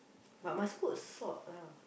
but must put salt lah